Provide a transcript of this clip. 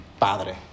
padre